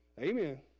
Amen